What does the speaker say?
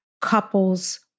couples